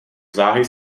záhy